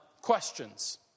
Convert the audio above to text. questions